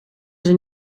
zijn